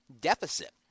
deficit